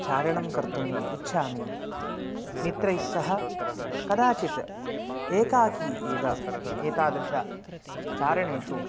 चारणं कर्तुम् इच्छामि मित्रैस्सह कदाचित् एकाकी एव एतादृश चारणेषु